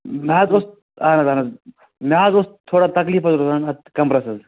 مےٚ حظ اوس اہن حظ اہن حظ مےٚ حظ اوس تھوڑا تکلیف حظ روزان اَتھ کَمرَس حظ